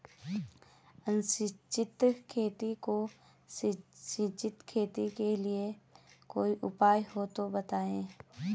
असिंचित खेती को सिंचित करने के लिए कोई उपाय हो तो बताएं?